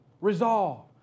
Resolve